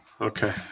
Okay